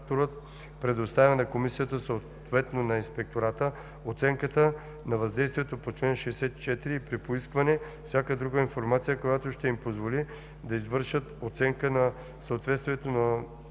предоставя на комисията, съответно на инспектората оценката на въздействието по чл. 64, и при поискване – всяка друга информация, която ще им позволи да извършат оценка на съответствието на обработването